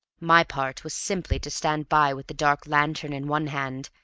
my part was simply to stand by with the dark lantern in one hand,